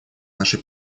нашей